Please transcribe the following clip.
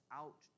out